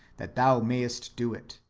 that thou mayest do it.